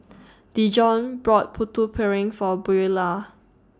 Dijon brought Putu Piring For Buelah